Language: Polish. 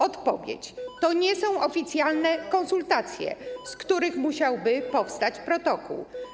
Odpowiedź: to nie są oficjalne konsultacje, z których musiałby powstać protokół.